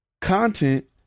Content